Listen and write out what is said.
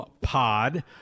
pod